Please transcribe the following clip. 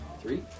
Three